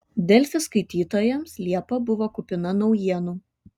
delfi skaitytojams liepa buvo kupina naujienų